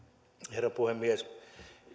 herra puhemies